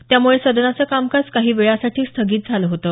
त्यामुळे सदनाचं कामकाज काही वेळासाठी स्थगित झालं होतं